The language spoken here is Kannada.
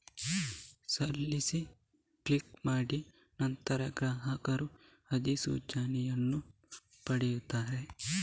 ಸಲ್ಲಿಸು ಕ್ಲಿಕ್ ಮಾಡಿದ ನಂತರ, ಗ್ರಾಹಕರು ಅಧಿಸೂಚನೆಯನ್ನು ಪಡೆಯುತ್ತಾರೆ